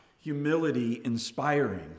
Humility-inspiring